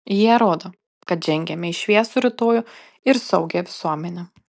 jie rodo kad žengiame į šviesų rytojų ir saugią visuomenę